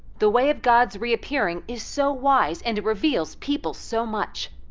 the way of god's reappearing is so wise, and reveals people so much.